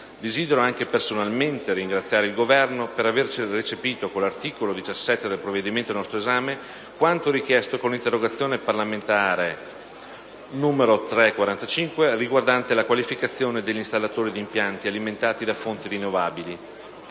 Desidero anche, personalmente, ringraziare il Governo per aver recepito con l'articolo 17 del provvedimento al nostro esame quanto richiesto con 1'interrogazione parlamentare 3-00045 riguardante la qualificazione degli installatori di impianti alimentati da fonti rinnovabili.